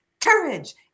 courage